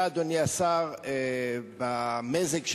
אתה, אדוני השר, במזג שלך,